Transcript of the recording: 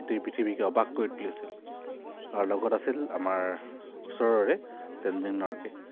গোটেই পৃথিৱীক অবাক কৰি তুলিছিল আৰু লগত আছিল আমাৰ ওচৰৰে টেনজিং নৰ্ৱে'